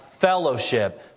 fellowship